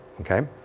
okay